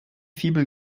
fibel